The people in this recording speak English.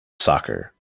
soccer